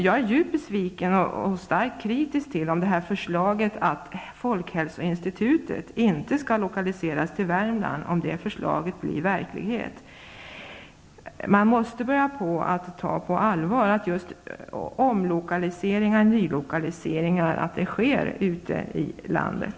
Jag är djupt besviken och kritisk till förslaget att folkhälsoinstitutet inte skall lokaliseras till Värmland. Man måste börja ta detta på allvar så att omlokaliseringar och nylokaliseringar sker ute i landet.